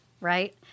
right